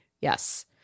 Yes